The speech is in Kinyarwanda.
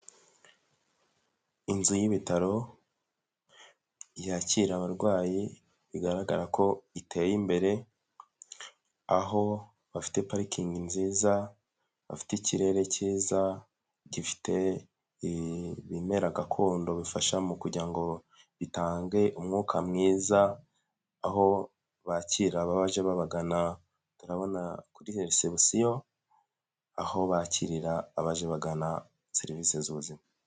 Inzu y'ibitaro yakira abarwayi, bigaragara ko iteye imbere, aho bafite parikingi nziza, bafite ikirere cyiza, gifite ibimera gakondo bifasha mu kugira ngo bitange umwuka mwiza, aho bakira abaje babagana turabona kuri resebusiyo, aho bakirira abaje bagana serivisi z'ubuzima.